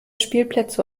spielplätze